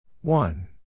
One